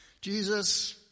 Jesus